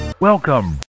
welcome